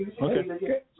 Okay